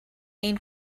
این